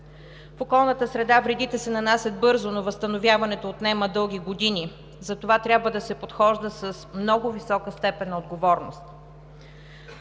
В околната среда вредите се нанасят бързо, но възстановяването отнема дълги години, затова трябва да се подхожда с много висока степен на отговорност.